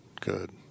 good